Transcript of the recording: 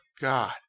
God